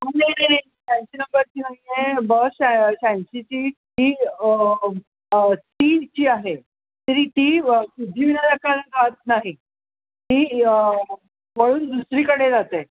शहाऐंशी नंबरची नाही आहे बस शहाऐंशीची ती जी आहे ती सिद्धिविनायकाला जात नाही ती वळून दुसरीकडे जाते